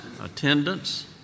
attendance